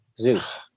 Zeus